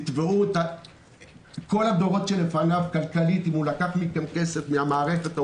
תתבעו את כל הדורות שלפניו כלכלית אם הוא לקח כסף מן המערכת.